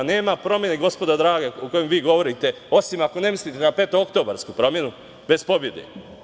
Nema promene, gospodo draga, o kojoj vi govorite, osim ako ne mislite na petooktobarsku promenu, bez pobede.